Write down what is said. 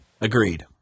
Agreed